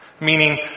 Meaning